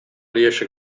riesce